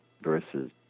versus